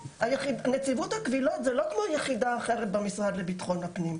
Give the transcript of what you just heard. נציבות הקבילות זה לא כמו יחידה אחרת במשרד לביטחון הפנים,